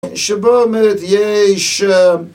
שבו אומרת, יש...